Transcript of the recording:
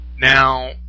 Now